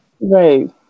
Right